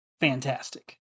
fantastic